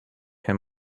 him